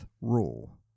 Rule